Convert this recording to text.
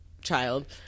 child